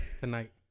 Tonight